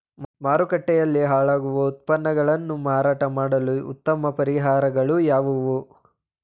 ಮಾರುಕಟ್ಟೆಯಲ್ಲಿ ಹಾಳಾಗುವ ಉತ್ಪನ್ನಗಳನ್ನು ಮಾರಾಟ ಮಾಡಲು ಉತ್ತಮ ಪರಿಹಾರಗಳು ಯಾವುವು?